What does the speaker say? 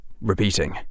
repeating